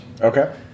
Okay